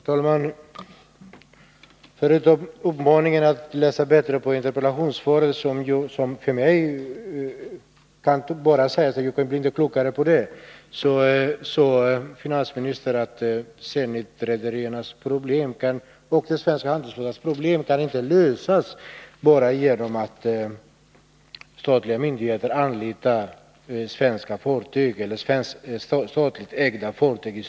Herr talman! Förutom att han uppmanade mig att bättre läsa interpellationssvaret — på den punkten kan jag bara säga att jag inte blir klokare av det — sade finansministern att Zenitrederiernas och den svenska handelsflottans problem inte kan lösas bara genom att statliga myndigheter i större utsträckning anlitar statligt ägda fartyg.